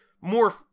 more